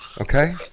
Okay